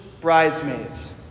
bridesmaids